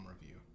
review